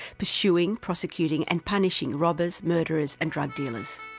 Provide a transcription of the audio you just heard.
pursuing, prosecuting and punishing robbers, murderers and drug-dealers.